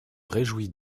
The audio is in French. réjouis